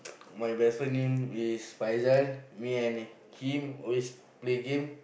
my vessel name is Faizal me and Kim always play game